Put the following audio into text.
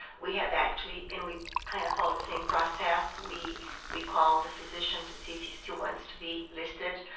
we have actually, and we kind of follow the same process. we we call the physician to see if he still wants to be listed.